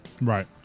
right